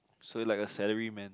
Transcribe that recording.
so you're like a salary man